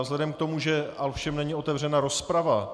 Vzhledem k tomu ovšem, že není otevřena rozprava...